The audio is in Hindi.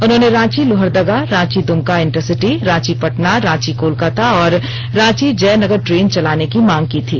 उन्होंने रांची लोहरदगा रांची दुमका इंटरसिटी रांची पटना रांची कोलकाता और रांची जयनगर ट्रेन चलाने की मांग की थी